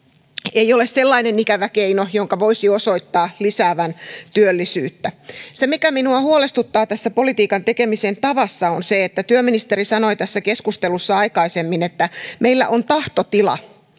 ei ole sellainen ikävä keino jonka voisi osoittaa lisäävän työllisyyttä se mikä minua huolestuttaa tässä politiikan tekemisen tavassa on se että työministeri sanoi tässä keskustelussa aikaisemmin että meillä on tahtotila